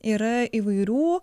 yra įvairių